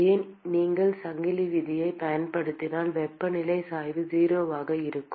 ஏன் நீங்கள் சங்கிலி விதியைப் பயன்படுத்தினால் வெப்பநிலை சாய்வு 0 ஆக இருக்கும்